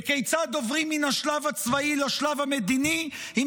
וכיצד עוברים מהשלב הצבאי לשלב המדיני עם